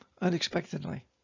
unexpectedly